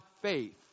faith